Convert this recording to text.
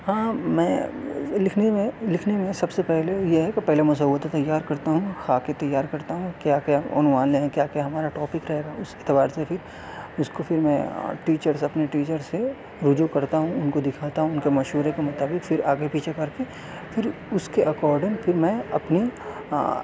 ہاں میں لکھنے میں لکھنے میں سب سے پہلے یہ ہے کہ پہلے مسودہ تیار کرتا ہوں خاکے تیار کرتا ہوں کیا کیا عنوان ہے کیا کیا ہمارا ٹاپک ہے اس اعتبار سے پھر اس کو پھر میں ٹیچرس اپنے ٹیچر سے رجوع کرتا ہوں ان کو دکھاتا ہوں ان کے مشورے کے مطابق پھر آگے پیچھے کرکے پھر اس کے اکارڈنگ پھر میں اپنی